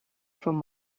from